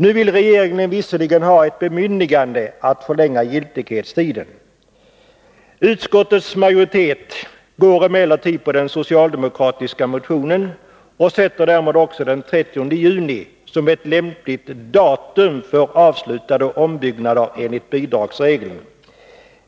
Nu vill regeringen visserligen ha ett bemyndigande att förlänga giltighetstiden, men utskottets majoritet följer förslaget i den socialdemokratiska motionen och sätter därmed också den 30 juni som ett lämpligt datum för avslutade ombyggnader enligt bidragsregeln.